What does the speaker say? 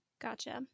Gotcha